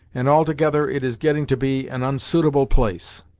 and altogether it is getting to be an onsuitable place.